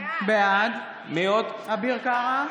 בעד אביר קארה,